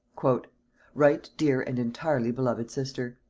right dear and entirely beloved sister,